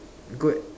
goat